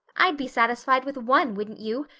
i'd be satisfied with one, wouldn't you?